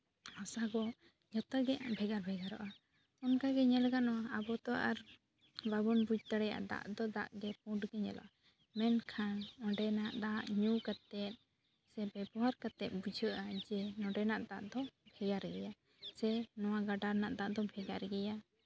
ᱦᱟᱥᱟ ᱠᱚ ᱡᱚᱛᱚᱜᱮ ᱵᱷᱮᱜᱟᱨ ᱵᱷᱮᱜᱟᱨᱚᱜᱼᱟ ᱚᱱᱠᱟᱜᱮ ᱧᱮᱞ ᱜᱟᱱᱚᱜᱼᱟ ᱟᱵᱚ ᱛᱚ ᱟᱨ ᱵᱟᱵᱚᱱ ᱵᱩᱡᱽ ᱫᱟᱲᱮᱭᱟᱜᱼᱟ ᱫᱟᱜ ᱛᱚ ᱫᱟᱜ ᱜᱮ ᱯᱩᱸᱰ ᱜᱮ ᱧᱮᱞᱚᱜᱼᱟ ᱢᱮᱱᱠᱷᱟᱱ ᱚᱸᱰᱮᱱᱟᱜ ᱫᱟᱜ ᱧᱩ ᱠᱟᱛᱮ ᱥᱮ ᱵᱮᱵᱚᱦᱟᱨ ᱠᱟᱛᱮ ᱵᱩᱡᱷᱟᱹᱜᱼᱟ ᱱᱚᱸᱰᱮ ᱱᱟᱜ ᱫᱟᱜ ᱫᱚ ᱨᱮᱭᱟᱲ ᱜᱮᱭᱟ ᱥᱮ ᱱᱚᱣᱟ ᱜᱟᱰᱟ ᱨᱮᱭᱟᱜ ᱫᱟᱜ ᱫᱚ ᱵᱷᱮᱜᱟᱨ ᱜᱮᱭᱟ